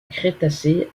crétacé